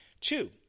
two